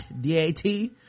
d-a-t